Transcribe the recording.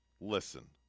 Listen